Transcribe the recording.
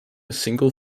single